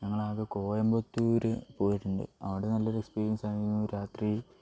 ഞങ്ങൾ ആകെ കോയമ്പത്തൂർ പോയിട്ടുണ്ട് അവിടെ നല്ല ഒരു എക്സ്പീരിയൻസ് ആയിരുന്നു രാത്രി